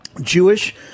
Jewish